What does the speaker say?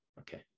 okay